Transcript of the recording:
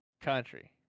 country